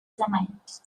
comment